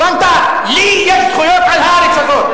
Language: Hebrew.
אני מסרב לקבל את המשוואה שאנשים פה רוצים לבסס.